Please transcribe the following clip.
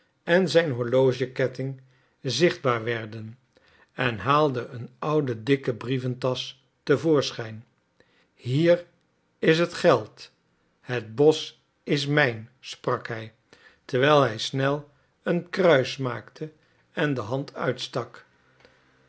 en zijn horlogeketting zichtbaar werden en haalde een oude dikke brieventasch te voorschijn hier is het geld het bosch is mijn sprak hij terwijl hij snel een kruis maakte en de hand uitstak